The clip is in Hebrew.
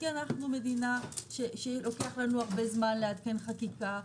כי אנחנו מדינה שלוקח לה זמן לעדכן חקיקה.